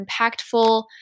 impactful